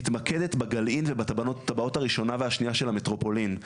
מתמקדת בגלעין ובתב"עות הראשונה והשנייה של המטרופולין,